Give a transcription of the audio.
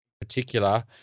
particular